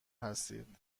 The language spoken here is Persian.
هستید